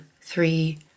three